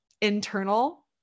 internal